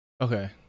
okay